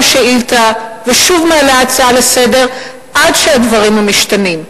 שאילתא ושוב מעלה הצעה לסדר-היום עד שהדברים משתנים.